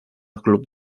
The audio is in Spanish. club